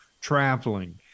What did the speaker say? traveling